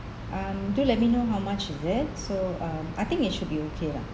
um do let me know how much is it so um I think it should be okay lah